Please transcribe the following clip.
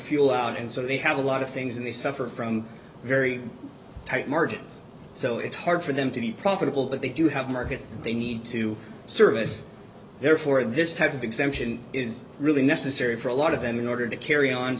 fuel out and so they have a lot of things and they suffer from very tight margins so it's hard for them to be profitable but they do have markets they need to service therefore this type of exemption is really necessary for a lot of them in order to carry on